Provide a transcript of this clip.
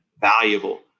valuable